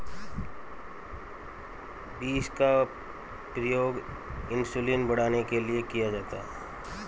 beans का प्रयोग insulin बढ़ाने के लिए किया जाता है